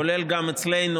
כולל גם אצלנו,